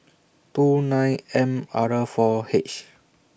two nine M R four H